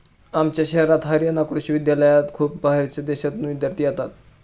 आमच्या शहरात हरयाणा कृषि विश्वविद्यालयात खूप बाहेरच्या देशांतून विद्यार्थी येतात